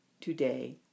today